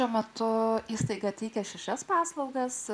tuo metu įstaiga teikia šias paslaugas